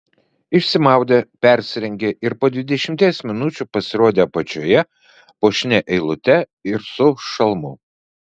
išsimaudė persirengė ir po dvidešimties minučių pasirodė apačioje puošnia eilute ir su šalmu